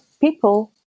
people